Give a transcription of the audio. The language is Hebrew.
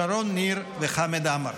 שרון ניר וחמד עמאר.